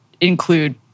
include